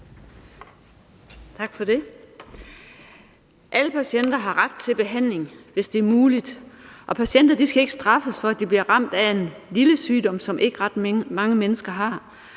Alle patienter har ret til behandling, hvis det er muligt, og patienter skal ikke straffes for, at de bliver ramt af en sjælden sygdom, altså som ikke ret mange mennesker har.